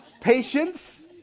patience